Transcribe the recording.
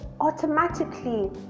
automatically